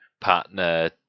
partner